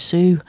Sue